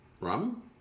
rum